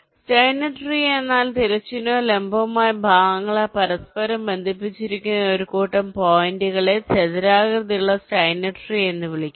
Steiner tree എന്നാൽ തിരശ്ചീനവും ലംബവുമായ ഭാഗങ്ങളാൽ പരസ്പരം ബന്ധിപ്പിച്ചിരിക്കുന്ന ഒരു കൂട്ടം പോയിന്റുകളെ ചതുരാകൃതിയിലുള്ള സ്റ്റൈനർ ട്രീ എന്ന് വിളിക്കുന്നു